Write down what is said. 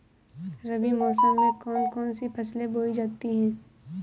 रबी मौसम में कौन कौन सी फसलें बोई जाती हैं?